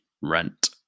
rent